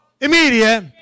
immediate